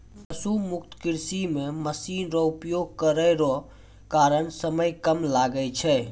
पशु मुक्त कृषि मे मशीन रो उपयोग करै रो कारण समय कम लागै छै